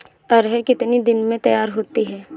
अरहर कितनी दिन में तैयार होती है?